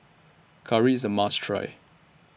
Curry IS A must Try